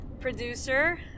producer